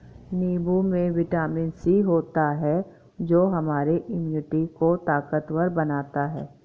नींबू में vitamin C होता है जो हमारे इम्यूनिटी को ताकतवर बनाता है